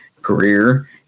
career